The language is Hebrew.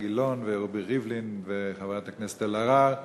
גילאון ורובי ריבלין ולחברת הכנסת אלהרר